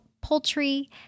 poultry